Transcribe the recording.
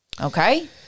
Okay